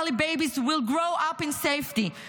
Israeli babies will grow up in safety.